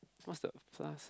what's the plus